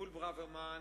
מול פרופסור ברוורמן